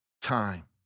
time